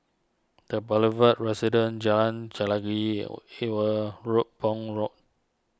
the Boulevard Residence Jalan Chelagi Ewe Road on road